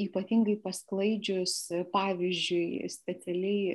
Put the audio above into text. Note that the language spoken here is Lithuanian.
ypatingai pasklaidžius pavyzdžiui specialiai